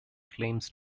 claims